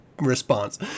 response